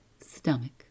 stomach